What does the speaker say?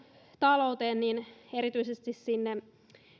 talouteen liittyen erityisesti sinne